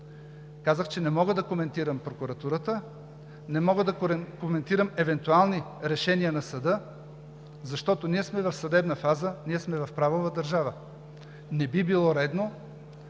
Казах, че не мога да коментирам прокуратурата, не мога да коментирам евентуални решения на съда, защото ние сме в съдебна фаза, ние сме в правова държава, не би било редно